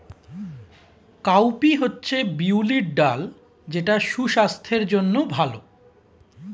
cowpea হচ্ছে বিউলির ডাল যেটা সুস্বাস্থ্যের জন্য ভালো